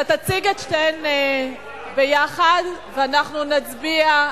אתה תציג את שתיהן ביחד ואנחנו נצביע,